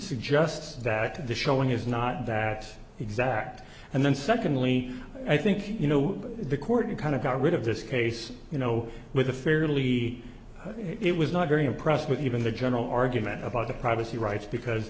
suggest that the showing is not that exact and then secondly i think you know the court you kind of got rid of this case you know with a fairly it was not very impressed with you in the general argument about the privacy rights because